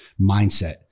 mindset